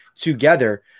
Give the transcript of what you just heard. together